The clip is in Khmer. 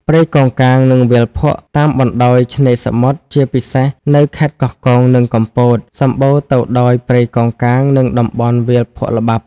ព្រៃកោងកាង និងវាលភក់ តាមបណ្តោយឆ្នេរសមុទ្រ ជាពិសេសនៅខេត្តកោះកុង និងកំពត សម្បូរទៅដោយ ព្រៃកោងកាង និងតំបន់ វាលភក់ល្បាប់។